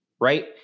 right